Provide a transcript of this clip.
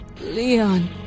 Leon